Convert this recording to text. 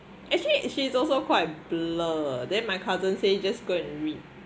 actually she is also quite blur then my cousin say just go and read